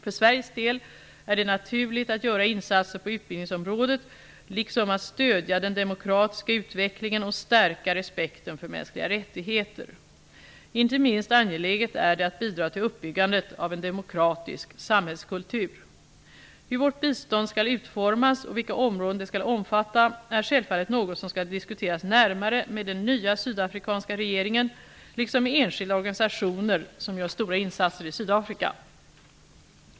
För Sveriges del är det naturligt att göra insatser på utbildningsområdet liksom att stödja den demokratiska utvecklingen och stärka respekten för mänskliga rättigheter. Inte minst angeläget är det att bidra till uppbyggandet av en demokratisk samhällskultur. Hur vårt bistånd skall utformas och vilka områden det skall omfatta är självfallet något som skall diskuteras närmare med den nya sydafrikanska regeringen liksom med enskilda organisationer som gör stora insatser i Sydafrika.